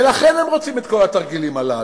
ולכן הם רוצים את כל התרגילים הללו.